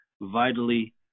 vitally